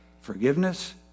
Forgiveness